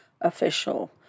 official